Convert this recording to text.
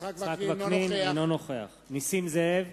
אינו נוכח נסים זאב,